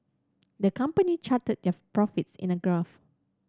the company charted their profits in a graph